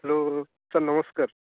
hello sir ନମସ୍କାର